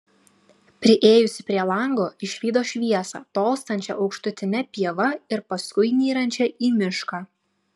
priėjusi prie lango išvydo šviesą tolstančią aukštutine pieva ir paskui nyrančią į mišką